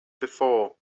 before